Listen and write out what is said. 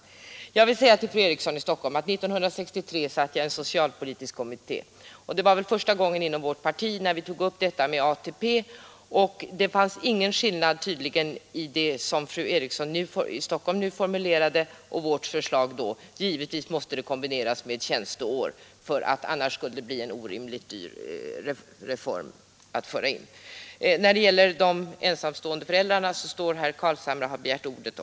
Till fru Eriksson i Stockholm vill jag säga att jag 1963 var med i en socialpolitisk kommitté, och det var första gången vårt parti tog upp tanken på ATP-poäng. Det fanns ingen skillnad mellan det förslag fru Eriksson i Stockholm nu beskrev och vårt förslag då. Givetvis måste ATP-poängen kombineras med tjänsteår; annars skulle det bli en orimligt dyr reform att genomföra. De ensamstående föräldrarna kommer herr Carlshamre att tala om i sitt inlägg.